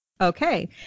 Okay